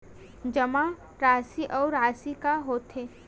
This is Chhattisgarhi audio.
जमा राशि अउ राशि का होथे?